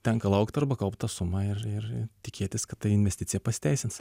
tenka laukt arba kaupt tą sumą ir ir tikėtis kad ta investicija pasiteisins